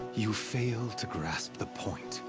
you fail to grasp the point.